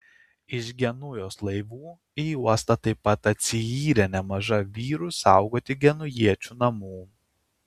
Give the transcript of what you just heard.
iš genujos laivų į uostą taip pat atsiyrė nemaža vyrų saugoti genujiečių namų